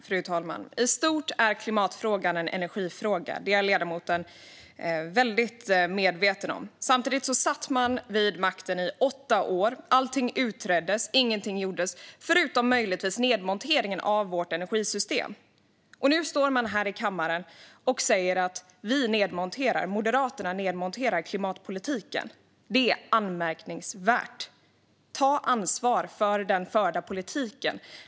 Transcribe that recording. Fru talman! I stort är klimatfrågan en energifråga. Det är ledamoten väldigt medveten om. Man satt vid makten i åtta år. Allting utreddes. Ingenting gjordes, förutom möjligtvis nedmonteringen av vårt energisystem. Nu står man här i kammaren och säger att Moderaterna nedmonterar klimatpolitiken. Det är anmärkningsvärt. Ta ansvar för den förda politiken!